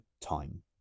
time